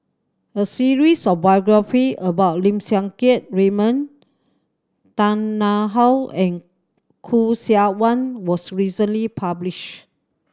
a series of biography about Lim Siang Keat Raymond Tan Tarn How and Khoo Seok Wan was recently published